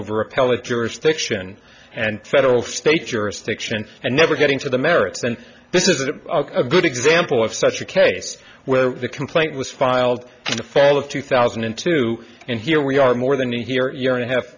over appellate jurisdiction and federal state jurisdiction and never getting to the merits and this isn't a good example of such a case where the complaint was filed to fail of two thousand and two and here we are more than here year and a half